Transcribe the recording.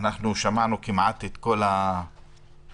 שמענו כמעט את כל הדוברים,